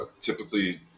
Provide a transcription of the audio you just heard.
typically